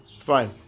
Fine